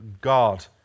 God